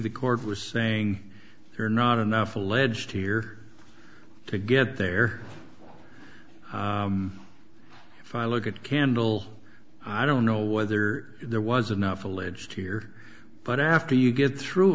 the court was saying there are not enough alleged here to get there if i look at the candle i don't know whether there was enough alleged here but after you get through